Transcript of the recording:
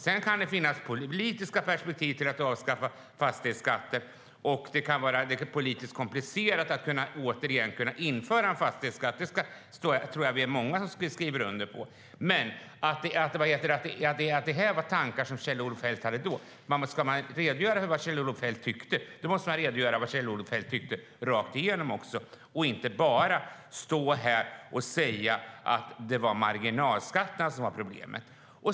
Sedan kan det finnas politiska perspektiv på att avskaffa fastighetsskatten, och det kan vara politiskt komplicerat att återigen införa en fastighetsskatt. Det tror jag att vi är många som skriver under på. Men ska man redogöra för vad Kjell-Olof Feldt hade för tankar då måste man redogöra för vad han tyckte rakt igenom och inte bara stå här och säga att det var marginalskatterna som var problemet.